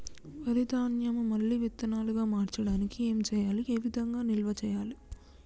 వరి ధాన్యము మళ్ళీ విత్తనాలు గా మార్చడానికి ఏం చేయాలి ఏ విధంగా నిల్వ చేయాలి?